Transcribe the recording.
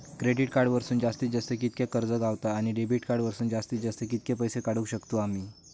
Credit card वरसून जास्तीत जास्त कितक्या कर्ज गावता, आणि डेबिट कार्ड वरसून जास्तीत जास्त कितके पैसे काढुक शकतू आम्ही?